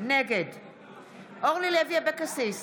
נגד אורלי לוי אבקסיס,